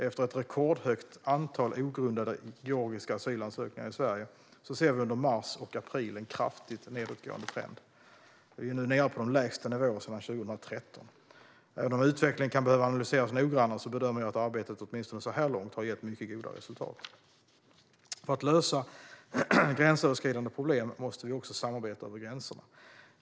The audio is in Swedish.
Efter ett rekordhögt antal ogrundade georgiska asylansökningar i Sverige ser vi under mars och april en kraftigt nedåtgående trend. Vi är nu nere på de lägsta nivåerna sedan 2013. Även om utvecklingen kan behöva analyseras noggrannare bedömer jag att arbetet åtminstone så här långt har gett mycket goda resultat. För att lösa gränsöverskridande problem måste vi också samarbeta över gränserna.